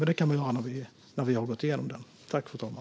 Men det gör vi när vi har gått igenom det hela.